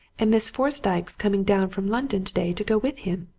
and miss fosdyke's coming down from london today to go with him.